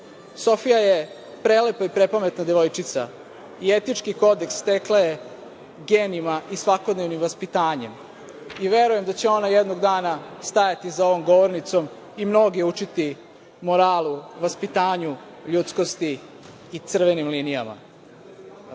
Sofija je prelepa i prepametna devojčica i etički kodeks stekla je genima i svakodnevnim vaspitanjem i verujem da će ona jednog dana stajati za ovom govornicom i mnoge učiti moralu, vaspitanju, ljudskosti i crvenim linijama“.